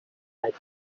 like